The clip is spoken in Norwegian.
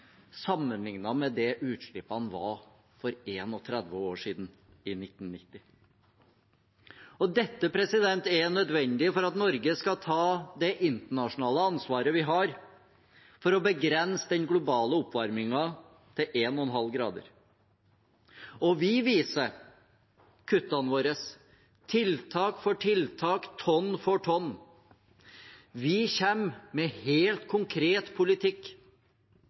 med det utslippene var for 31 år siden, i 1990. Dette er nødvendig for at Norge skal ta det internasjonale ansvaret vi har for å begrense den globale oppvarmingen til 1,5 grader. Vi viser kuttene våre, tiltak for tiltak, tonn for tonn. Vi kommer med helt konkret politikk